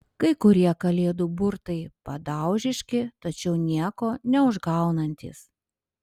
kai kurie kalėdų burtai padaužiški tačiau nieko neužgaunantys